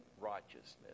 righteousness